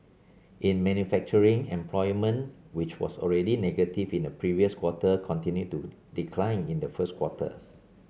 in manufacturing employment which was already negative in the previous quarter continued to decline in the first quarter